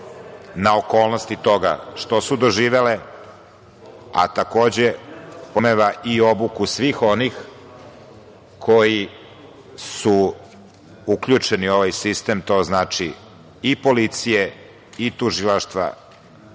na okolnosti toga što su doživele, a takođe, podrazumeva i obuku svih onih koji su uključeni u ovaj sistem, to znači i policije i Tužilaštva,